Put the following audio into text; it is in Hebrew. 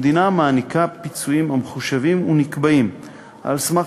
המדינה מעניקה פיצויים המחושבים ונקבעים על סמך